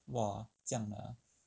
!wah! 这样的 ah